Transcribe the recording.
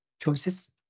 choices